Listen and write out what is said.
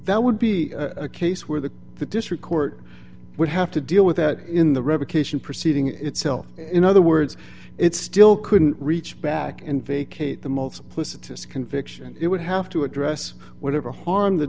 that would be a case where the district court would have to deal with that in the revocation proceeding itself in other words it's still couldn't reach back and vacate the multiplicities conviction it would have to address whatever harm the